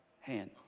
hand